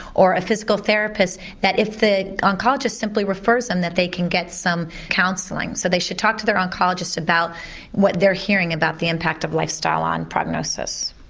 or a physical therapist that if the oncologist simply refers them that they can get some counselling. so they should talk to their oncologist about what they're hearing about the impact of lifestyle on prognosis.